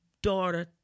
Daughter